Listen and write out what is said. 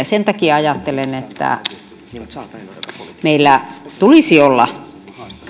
sen takia ajattelen että meillä tulisi olla